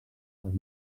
els